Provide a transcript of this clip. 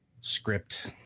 script